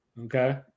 Okay